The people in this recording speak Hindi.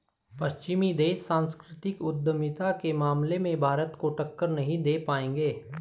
पश्चिमी देश सांस्कृतिक उद्यमिता के मामले में भारत को टक्कर नहीं दे पाएंगे